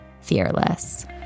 fearless